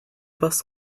bus